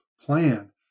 plan